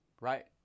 right